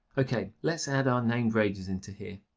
okay, let's add our named ranges into here.